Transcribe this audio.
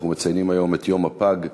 אנחנו מציינים היום את יום הפג,